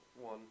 one